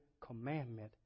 commandment